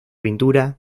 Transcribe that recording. pintura